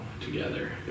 together